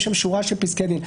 יש שם שורה של פסקי דין.